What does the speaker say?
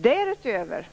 Därutöver